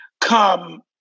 come